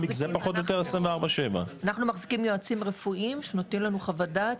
או יותר 24/7. אנחנו מחזיקים יועצים רפואיים שנותנים לנו חוות דעת,